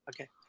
Okay